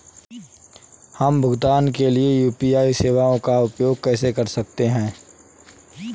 हम भुगतान के लिए यू.पी.आई सेवाओं का उपयोग कैसे कर सकते हैं?